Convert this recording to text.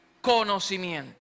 conocimiento